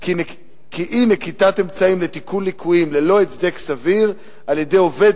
כי אי-נקיטת אמצעים לתיקון ליקויים ללא הצדק סביר על-ידי עובד